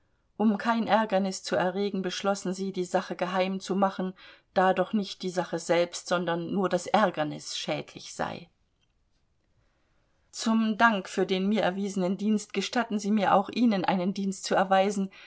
um kein ärgernis zu erregen beschlossen sie die sache geheim zu machen da doch nicht die sache selbst sondern nur das ärgernis schädlich sei zum dank für den mir erwiesenen dienst gestatten sie mir auch ihnen einen dienst zu erweisen